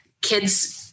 kids